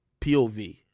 POV